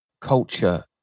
culture